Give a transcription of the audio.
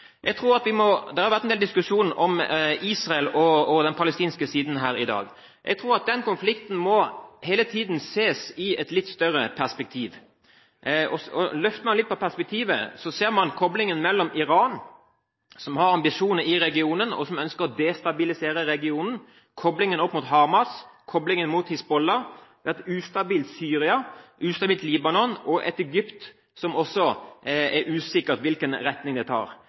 dag. Jeg tror at den konflikten hele tiden må ses i et litt større perspektiv. Hvis man løfter perspektivet litt, ser man kobling til Iran, som har ambisjoner i regionen og ønsker å destabilisere den, kobling opp mot Hamas, kobling mot Hizbollah, et ustabilt Syria, et ustabilt Libanon, og et Egypt der det er usikkert med hensyn til hvilken retning det landet tar.